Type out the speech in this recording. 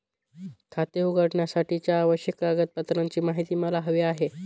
खाते उघडण्यासाठीच्या आवश्यक कागदपत्रांची माहिती मला हवी आहे